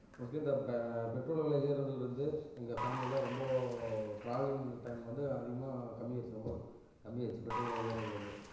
mostly இந்த பெ petrol வெலை ஏறுனதில் இருந்து எங்கள் ஃபேம்லியில் ரொம்ப ட்ராவலிங்னு டைம் வந்து அதிகமாக கம்மி ஆயிடுச்சு ரொம்ப கம்மி ஆயிடுச்சு பெட்ரோல் வெலை ஏறுனதில் இருந்தே